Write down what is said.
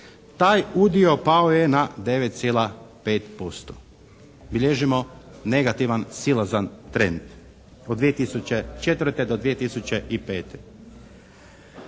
taj udio pao je na 9,5%. Bilježimo negativan silazan trend od 2004. do 2005.